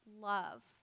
love